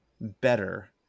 better